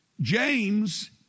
James